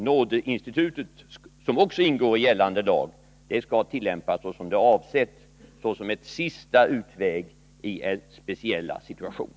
Nådeinstitutet, som också ingår i gällande lag, skall tillämpas så som det är avsett, dvs. såsom en sista utväg i speciella situationer.